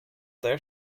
their